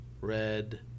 red